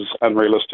unrealistic